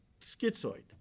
schizoid